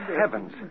heavens